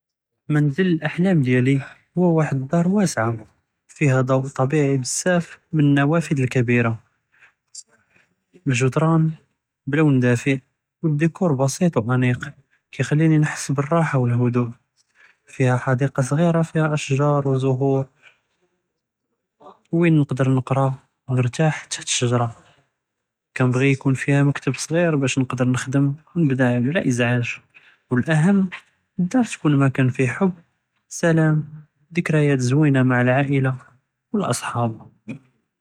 מנזל אלאחלם דיאלי הוא וחד א־דאר ואסעה، פיהא א־לדוא טביעי בזאף מן נאפד' אלכבירה، אלג'דראן בלונ דאפע ואלדיקור בסיט ואניק، כיכליני נחס ב־לראחה ואלהדוא، פיהא חדיקא סג'ירה، פיהא א־שג'אר אוא זהור וין נקדר נקרא، נרתאח תחת א־שג'רה، כאנבגי יכון פיהא מכתב סג'יר באש נקדר נכדם אוא נבדע בלא אִזְעאג' ואהם א־דאר תכון מכאנ פיהא חוב, א־סלאם אוא דכריאת זווינה מע א־לעאילה ואלאצחאב.